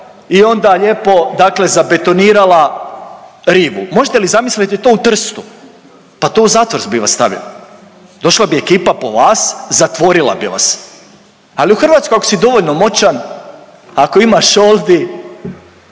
i onda ljepo zabetonirala rivu. Možete li zamisliti to u Trstu? Pa to u zatvor bi vas stavili, došla bi ekipa po vas zatvorila bi vas. Ali u Hrvatskoj ako si dovoljno moćan, ako imaš šoldi,